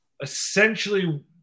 essentially